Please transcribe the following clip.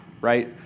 right